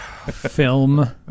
Film